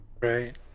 Right